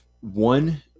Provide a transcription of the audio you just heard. one